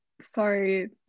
sorry